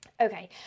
Okay